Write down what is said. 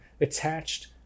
attached